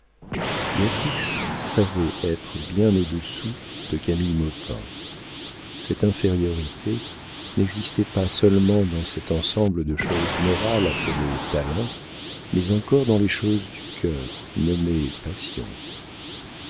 savait être bien au-dessous de camille maupin cette infériorité n'existait pas seulement dans cet ensemble de choses morales appelé talent mais encore dans les choses du cœur nommées passion